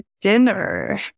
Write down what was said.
dinner